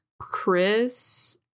chris